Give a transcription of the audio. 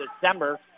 December